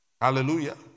Hallelujah